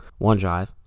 OneDrive